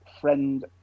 friend